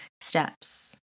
steps